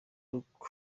rock